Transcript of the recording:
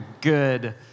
good